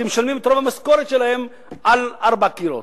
כי הם משלמים את רוב המשכורת שלהם על ארבעה קירות.